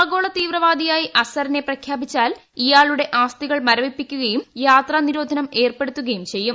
ആഗോള തീവ്രവാദിയായി അസറിനെ പ്രഖ്യാപിച്ചാൽ ഇയാളുടെ ആസ്തികൾ മരവിപ്പിക്കുകയും യാത്ര നിരോധനം ഏർപ്പെടുത്തുകയും ചെയ്യും